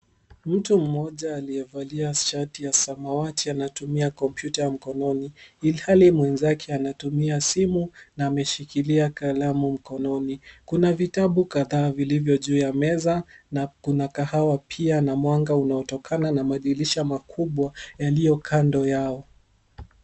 Mtu moja aliyevalia shati ya samawati anatumia kompyuta mkononi ilhali mwenzake anatumia simu na ameshikilia kalamu mkononi. Kuna vitabu kadhaa vilivyo juu ya meza na kuna kahawa pia na mwanga unatokana na madirisha makubwa yalio kando yao.